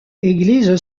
église